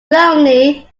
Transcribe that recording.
lonely